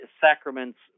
sacraments